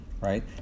right